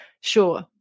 sure